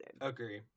Agree